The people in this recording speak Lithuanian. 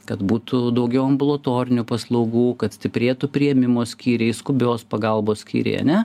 kad būtų daugiau ambulatorinių paslaugų kad stiprėtų priėmimo skyriai skubios pagalbos skyriai ar ne